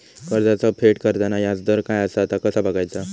कर्जाचा फेड करताना याजदर काय असा ता कसा बगायचा?